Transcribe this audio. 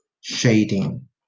shading